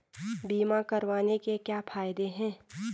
बीमा करवाने के क्या फायदे हैं?